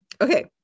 Okay